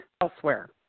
elsewhere